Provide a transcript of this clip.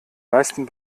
meisten